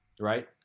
Right